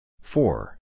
Four